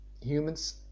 humans